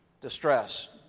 distress